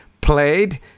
played